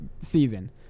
season